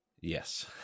Yes